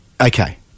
Okay